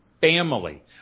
family